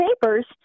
papers